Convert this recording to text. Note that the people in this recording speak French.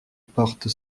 porte